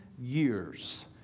years